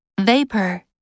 Vapor